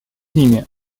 ними